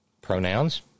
pronouns